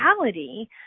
reality